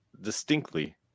distinctly